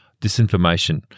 disinformation